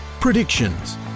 predictions